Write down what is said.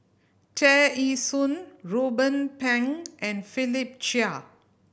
Tear Ee Soon Ruben Pang and Philip Chia